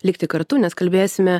likti kartu nes kalbėsime